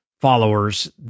followers